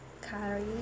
curry